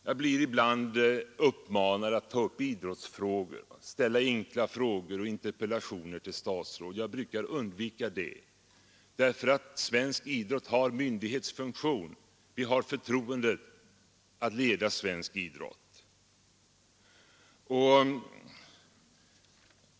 Jag blir ibland uppmanad att i riksdagen ta upp idrottsproblem i form av enkla frågor och interpellationer till statsråd. Jag brukar undvika det därför att den svenska idrottens egna organisationer har myndighetsfunktion. De har förtroendet att leda svensk idrott.